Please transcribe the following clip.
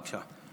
בבקשה.